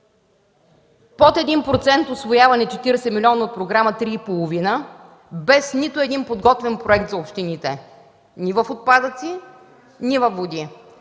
под 1% усвояване на 40-те милиона от програмата, без нито един подготвен проект в общините – и в отпадъци, и във води.